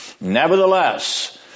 nevertheless